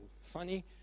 funny